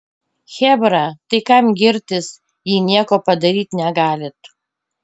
chebra tai kam girtis jei nieko padaryt negalit